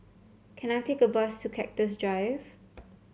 can I take a bus to Cactus Drive